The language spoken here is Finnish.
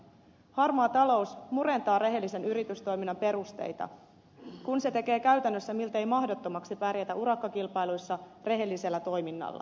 harmaa talous murentaa rehellisen yritystoiminnan perusteita kun se tekee käytännössä miltei mahdottomaksi pärjätä urakkakilpailuissa rehellisellä toiminnalla